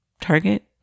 Target